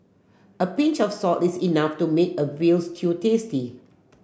a pinch of salt is enough to make a veal stew tasty